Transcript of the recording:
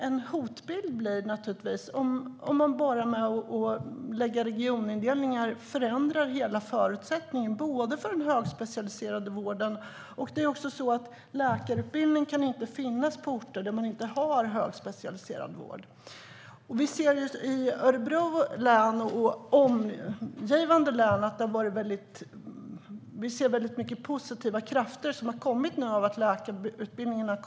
En hotbild är naturligtvis om regionindelningar läggs om så att förutsättningarna förändras för bland annat den högspecialiserade vården. Läkarutbildning kan inte finnas på orter där det inte finns högspecialiserad vård. I Örebro län och omgivande län har många positiva krafter kommit fram tack vare läkarutbildningen.